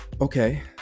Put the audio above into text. okay